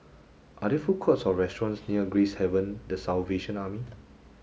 are there food courts or restaurants near Gracehaven the Salvation Army